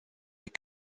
est